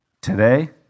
Today